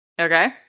Okay